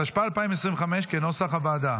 התשפ"ה 2025, כנוסח הוועדה.